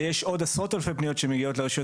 ויש עוד עשרות אלפי פניות שמגיעות לרשויות